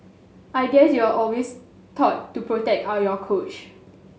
I guess you're always taught to protect on your coach